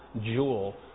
jewel